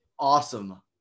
awesome